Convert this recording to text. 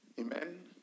Amen